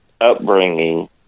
upbringing